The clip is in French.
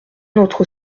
notre